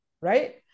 right